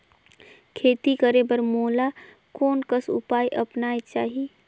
खेती करे बर मोला कोन कस उपाय अपनाये चाही?